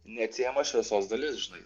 neatsiejama šviesos dalis žinai